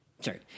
sorry